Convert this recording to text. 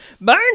Burn